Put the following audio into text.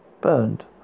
burned